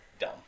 dumb